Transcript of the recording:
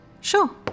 Sure